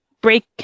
break